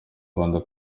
rwanda